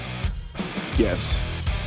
Yes